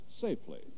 safely